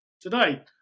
today